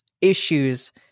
issues